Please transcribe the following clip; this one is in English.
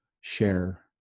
share